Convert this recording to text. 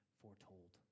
foretold